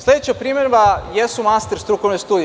Sledeća primedba jesu master studije.